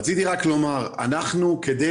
רציתי רק לומר, כדי